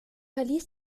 verließ